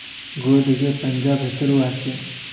ಗೋಧಿಗೆ ಪಂಜಾಬ್ ಹೆಸರು ವಾಸಿ